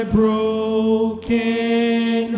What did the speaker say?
broken